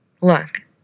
Look